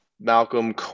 Malcolm